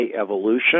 evolution